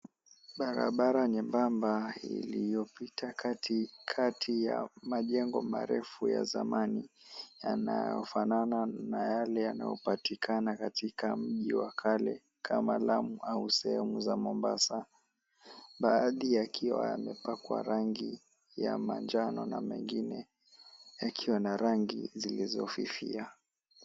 Barabara nyembamba iliyopita katikati ya majengo marefu ya zamani yanayofanana na yale yanayopatikana katika mji wa kale kama Lamu au sehemu za Mombasa. Baadhi yakiwa yamepakwa rangi ya manjano na mengine yakiwa na rangi zilizofifia.